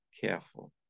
careful